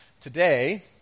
Today